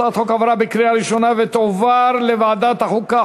הצעת החוק עברה בקריאה ראשונה ותועבר לוועדת החוקה,